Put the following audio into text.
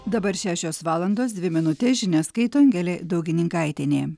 dabar šešios valandos dvi minutės žinias skaito angelė daugininkaitienė